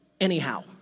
anyhow